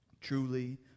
truly